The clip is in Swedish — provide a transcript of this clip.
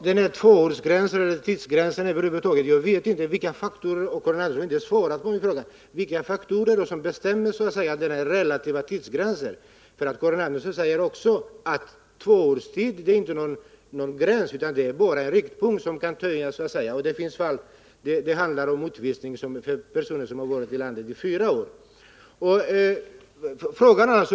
Herr talman! Karin Andersson har inte svarat på min fråga, vilka faktorer som bestämmer att tidsgränsen skall sättas till två år. Karin Andersson säger också att tvåårsgränsen inte är absolut — det är bara en riktpunkt. Det finns folk som har varit i landet i fyra år som har utvisats!